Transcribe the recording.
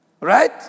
Right